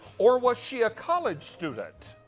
or was she a college student?